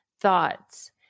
thoughts